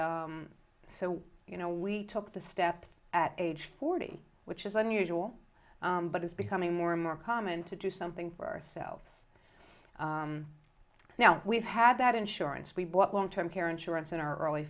so you know we took the step at age forty which is unusual but it's becoming more and more common to do something for ourselves now we've had that insurance we bought long term care insurance in our early